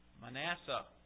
Manasseh